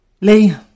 Lee